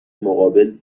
مقابل